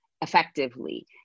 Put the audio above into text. effectively